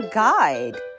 guide 。